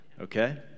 Okay